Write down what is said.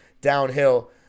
downhill